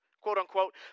quote-unquote